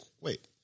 wait